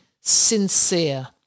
sincere